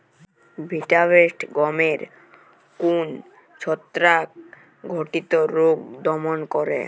Vitavax গমের কোন ছত্রাক ঘটিত রোগ দমন করে?